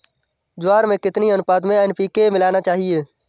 ज्वार में कितनी अनुपात में एन.पी.के मिलाना चाहिए?